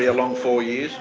yeah long four years,